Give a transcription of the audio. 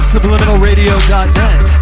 subliminalradio.net